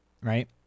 right